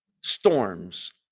Storms